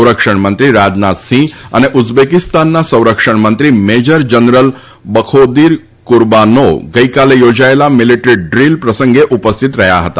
સંરક્ષણ મંત્રી રાજનાથસિંહ અને ઉઝબેકિસ્તાનના સંરક્ષણ મંત્રી મેજર જનરલ બખોદીર કુરબાનોવ ગઈકાલે યોજાયેલા મિલિટરી ડ્રીલ પ્રસંગે ઉપસ્થિત રહ્યા હતા